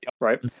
right